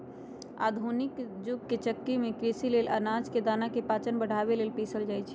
आधुनिक जुग के चक्की में कृषि लेल अनाज के दना के पाचन बढ़ाबे लेल पिसल जाई छै